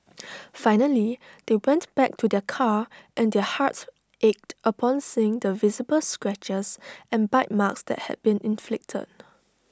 finally they went back to their car and their hearts ached upon seeing the visible scratches and bite marks that had been inflicted